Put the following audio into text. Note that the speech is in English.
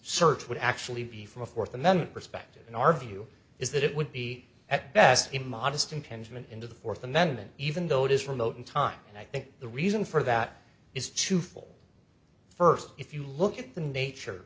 search would actually be from a fourth amendment perspective in our view is that it would be at best a modest impingement into the fourth amendment even though it is remote in time and i think the reason for that is to fall first if you look at the nature